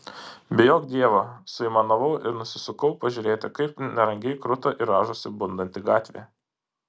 bijok dievo suaimanavau ir nusisukau pažiūrėti kaip nerangiai kruta ir rąžosi bundanti gatvė